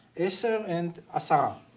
esser and asara